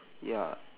ya